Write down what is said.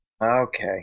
Okay